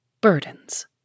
BURDENS